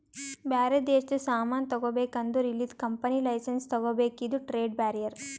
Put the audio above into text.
ಬ್ಯಾರೆ ದೇಶದು ಸಾಮಾನ್ ತಗೋಬೇಕ್ ಅಂದುರ್ ಇಲ್ಲಿದು ಕಂಪನಿ ಲೈಸೆನ್ಸ್ ತಗೋಬೇಕ ಇದು ಟ್ರೇಡ್ ಬ್ಯಾರಿಯರ್